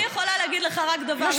אני יכולה להגיד לך רק דבר אחד.